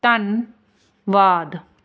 ਧੰਨਵਾਦ